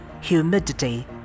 Humidity